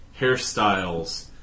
hairstyles